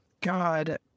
God